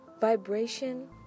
vibration